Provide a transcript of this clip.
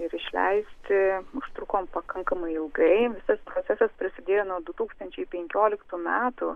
ir išleisti užtrukom pakankamai ilgai visas procesas prasidėjo nuo du tūkstančiai penkioliktų metų